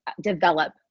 develop